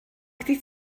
ydy